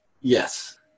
Yes